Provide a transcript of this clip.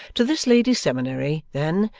to this ladies' seminary, then,